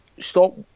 stop